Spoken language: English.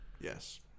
yes